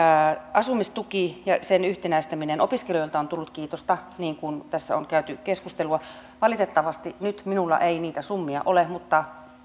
asumistuki ja sen yhtenäistäminen opiskelijoilta on tullut kiitosta niin kuin tässä on käyty keskustelua valitettavasti nyt minulla ei niitä summia ole mutta